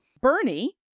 Bernie